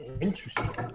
Interesting